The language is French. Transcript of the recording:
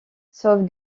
sauve